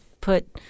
put